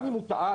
גם אם הוא טעה,